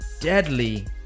deadly